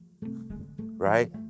right